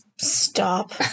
Stop